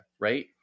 right